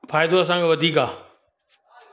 फ़ाइदो असांखे वधीक आहे